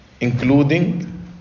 including